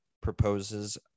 proposes